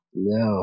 No